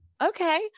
okay